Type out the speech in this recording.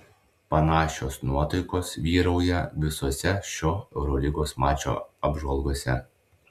panašios nuotaikos vyrauja visose šio eurolygos mačo apžvalgose